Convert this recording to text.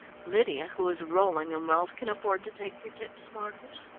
lydia, who is rolling in wealth, can afford to take your tips, marcus.